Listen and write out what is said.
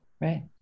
right